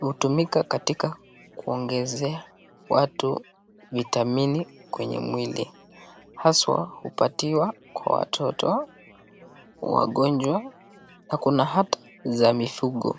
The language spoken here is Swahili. hutumika katika kuongezea watu vitamini kwenye mwili. Haswa hupatiwa kwa watoto, wagonjwa na kuna hata za mifugo.